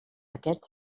aquest